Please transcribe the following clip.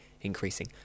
increasing